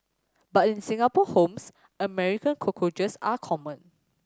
but in Singapore homes American cockroaches are common